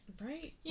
Right